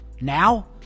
Now